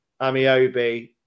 Amiobi